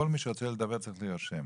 כל מי שרוצה לדבר צריך להירשם,